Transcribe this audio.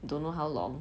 don't know how long